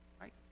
right